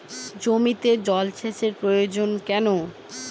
জমিতে জল সেচ প্রয়োজন কেন?